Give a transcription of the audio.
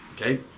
okay